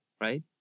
right